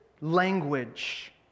language